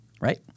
Right